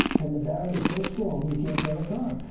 and the barrier is so strong you can't sell a car.